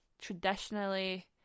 traditionally